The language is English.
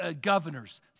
governors